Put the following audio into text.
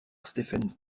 stephen